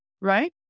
right